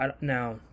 Now